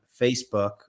Facebook